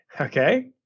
Okay